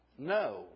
No